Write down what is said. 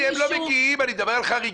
עזבי, הם לא מגיעים, אני מדבר על חריגים.